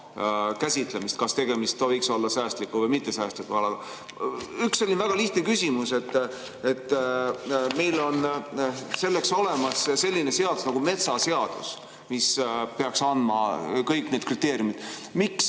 käsitlemist, et kas tegemist võiks olla säästliku või mittesäästliku alaga. Üks selline väga lihtne küsimus. Meil on olemas selline seadus nagu metsaseadus, mis peaks andma kõik need kriteeriumid. Miks